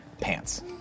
pants